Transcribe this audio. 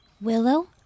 Willow